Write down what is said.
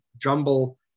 jumble